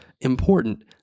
important